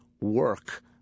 work